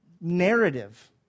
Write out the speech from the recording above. narrative